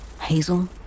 hazel